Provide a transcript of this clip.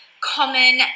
common